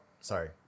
sorry